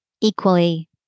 equally